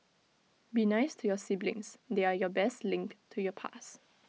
be nice to your siblings they're your best link to your past